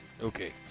Okay